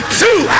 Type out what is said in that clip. two